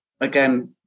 again